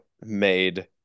made